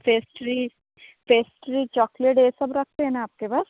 pastry pastry chocolate ये सब रखते हैं ना आपके पास